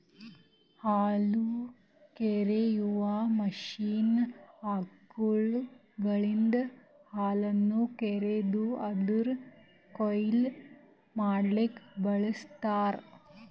ಹಾಲುಕರೆಯುವ ಮಷೀನ್ ಆಕಳುಗಳಿಂದ ಹಾಲನ್ನು ಕರೆದು ಅದುರದ್ ಕೊಯ್ಲು ಮಡ್ಲುಕ ಬಳ್ಸತಾರ್